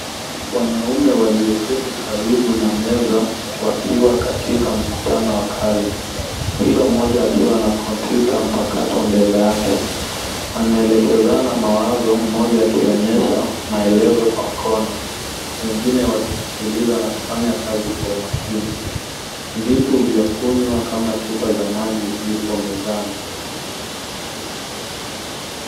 Wanaume walioketi karibu na meza wakiwa katika mkutano wa kazi, kila mmoja akiwa na kompyuta mpakato mbele yake. Wanaelekezana mawazo, mmoja akionyesha maelezo kwa mkono. Wengine wakisikiliza na kufanya kazi kwa umakini. Vitu vya kunywa kama chupa za maji vipo mezani.